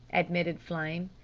admitted flame.